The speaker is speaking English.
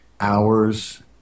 hours